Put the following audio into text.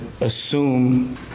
assume